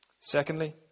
Secondly